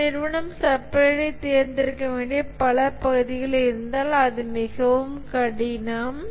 ஒரு நிறுவனம் சப்ளையரைத் தேர்ந்தெடுக்க வேண்டிய பல பகுதிகள் இருந்தால் அது மிகவும் கடினம்